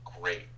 great